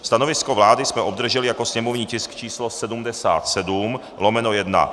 Stanovisko vlády jsme obdrželi jako sněmovní tisk číslo 77/1.